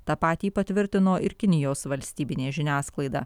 tą patį patvirtino ir kinijos valstybinė žiniasklaida